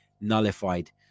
nullified